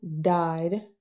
died